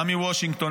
גם מוושינגטון.